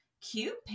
Cute